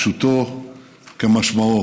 פשוטו כמשמעו,